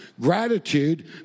Gratitude